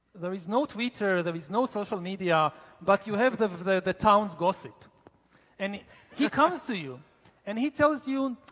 there is no twitter, there is no social media but you have the the town's gossip and he he comes to you and he tells you,